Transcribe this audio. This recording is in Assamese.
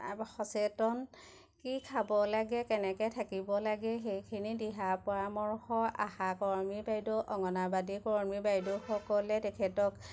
আ সচেতন কি খাব লাগে কেনেকৈ থাকিব লাগে সেইখিনি দিহা পৰামৰ্শ আশাকৰ্মী বাইদেউ অংগনাবাদীকৰ্মী বাইদেউসকলে তেখেতক